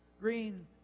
green